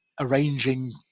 arranging